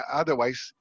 otherwise